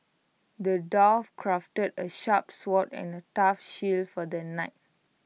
the dwarf crafted A sharp sword and A tough shield for the knight